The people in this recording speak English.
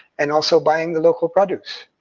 and also buying the local produce.